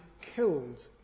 killed